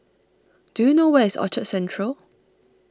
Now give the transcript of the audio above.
do you know where is Orchard Central